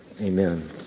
Amen